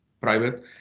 private